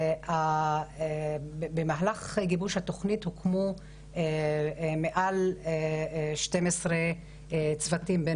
במהלך גיבוש התוכנית הוקמו מעל 12 צוותים בין